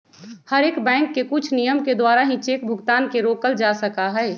हर एक बैंक के कुछ नियम के द्वारा ही चेक भुगतान के रोकल जा सका हई